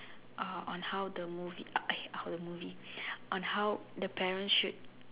uh on how the movie uh eh how the movie on how the parents should